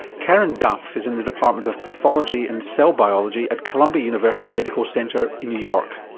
karen duff is in the department of pathology and cell biology at columbia university medical centre in new york.